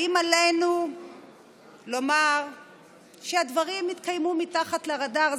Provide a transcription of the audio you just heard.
האם עלינו לומר שהדברים יתקיימו מתחת לרדאר?